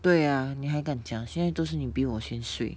对啊你还敢讲现在都是你比我先睡